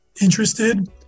interested